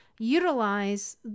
utilize